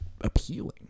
appealing